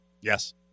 Yes